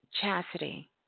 Chastity